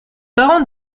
parents